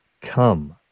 come